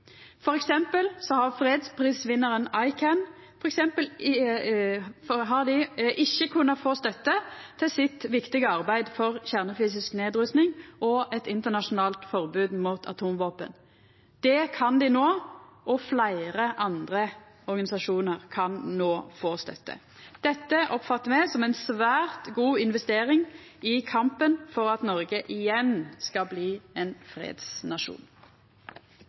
har vore dei føregåande åtte åra. For eksempel har fredsprisvinnaren ICAN ikkje kunna få støtte til sitt viktige arbeid for kjernefysisk nedrusting og eit internasjonalt forbod mot atomvåpen. Det kan dei no, og fleire andre organisasjonar kan no få støtte. Dette oppfattar me som ei svært god investering i kampen for at Noreg igjen skal bli ein fredsnasjon.